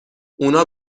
اونا